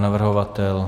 Navrhovatel?